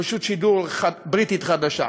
רשות שידור בריטית חדשה.